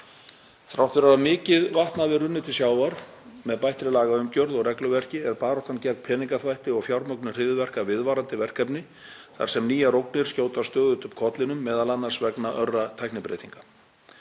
Þrátt fyrir að mikið vatn hafi runnið til sjávar með bættri lagaumgjörð og regluverki er baráttan gegn peningaþvætti og fjármögnun hryðjuverka viðvarandi verkefni þar sem nýjar ógnir skjóta stöðugt upp kollinum, m.a. vegna örra tæknibreytinga.